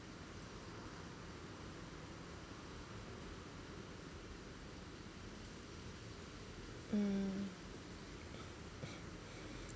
mm